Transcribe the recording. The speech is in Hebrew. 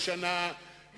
סיפור שמשנה סדרי